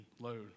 load